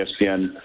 ESPN